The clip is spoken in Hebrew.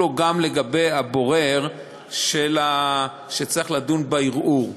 יחולו גם לגבי הבורר שצריך לדון בערעור.